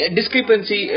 Discrepancy